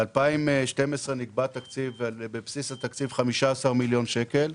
ב-2012, נקבע תקציב בבסיס התקציב 15 מיליון שקלים.